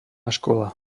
škola